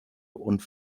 und